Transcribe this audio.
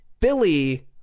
Billy